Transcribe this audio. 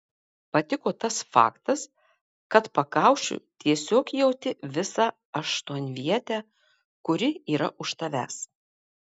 patiko tas faktas kad pakaušiu tiesiog jauti visą aštuonvietę kuri yra už tavęs